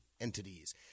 entities